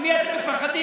ממי אתם מפחדים?